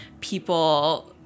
people